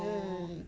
mm